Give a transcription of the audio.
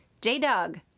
J-Dog